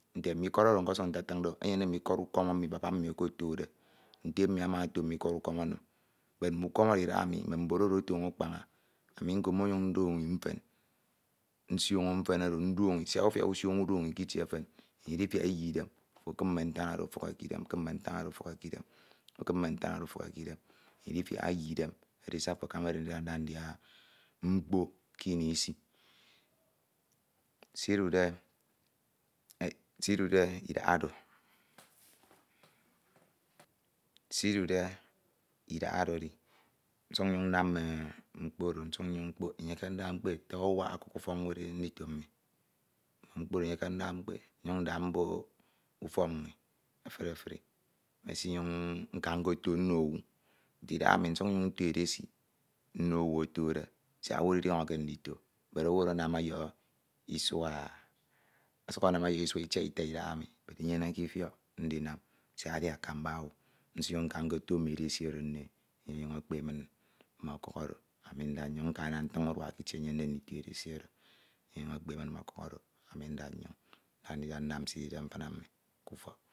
Nte mme ikọd oro nsọsuk ntatin do, enyene mme ikọd emi baba mmi okotode, nte mmi amato mme ukọm oro enim edimme ukọm oro ntatin do, enyeme mme ikọd emi baba mmi okotode, nte mmi amato mme ukọm oro enim edimme ukọm oro ntatin mi idahaemi, mme mboro oro otono akpaña, ami nko mọnyin ndoñi mfen, nsioño mfen oro mfiak ndoñi siak ufiak usioño udoñi k’itie efen enye idifiak eyie idem, afo ekim mme ntan oro ọfuk e k’idem ukim mme ntan oro ufuk e k’idem idifiak iyie idem edise ofo akamade nda ndia mkpo kini isi, se idude idahaoro edi nsuk nnyoñ nnam mme mkpo oro, nsuk mkpok, enye ke ndu mkpo ata ediwak ọkuk ufọk nwed nno ndito mmi nyuñ nda mbok ufọk nni- efuri efuri, mesinyuñ nka nkola nno owu, nte idahaemi nsuk nsuk nyuñ nka nkoto nno owu otode siak owu oro idiọñọke ndito bedowu oro anam ọyọhọ isua ọsuk anam ọyọhọ isua itiata idahaemi bedinyenekke ifiọk ndinam siak edi akamba owu. Nsinyuñ nka nkoto mme edesi oro, enye ọnyuñ ekpe min mme ọkuk oro, ami nnyuñ nda nyuñ nka ana atiñ urua kitie oro enye ọnyuñ ekpe min o̱kuk oro mmen nda nyoñ nda ndinam sidide mfina mini k’ufọk